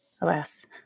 Alas